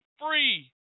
free